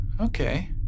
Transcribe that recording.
okay